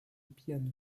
piano